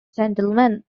gentleman